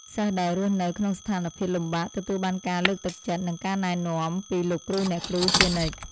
សិស្សដែលរស់នៅក្នុងស្ថានភាពលំបាកទទួលបានការលើកទឹកចិត្តនិងការណែនាំពីលោកគ្រូអ្នកគ្រូជានិច្ច។